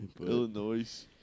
Illinois